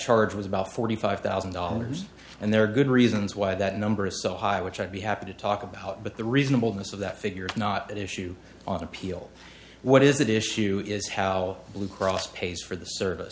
charge was about forty five thousand dollars and there are good reasons why that number is so high which i'd be happy to talk about but the reasonableness of that figure is not an issue on appeal what is that issue is how blue cross pays for the service